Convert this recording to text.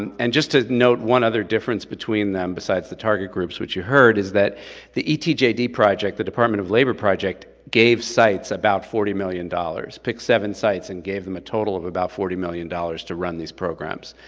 and and just to note one other difference between them, besides the target groups, which you heard, is that the etjd project, the department of labor project, gave sites about forty million dollars, picked seven sites and gave them a total of about forty million dollars to run these programs.